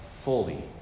fully